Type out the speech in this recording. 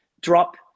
drop